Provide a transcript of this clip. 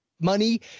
money